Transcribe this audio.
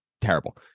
terrible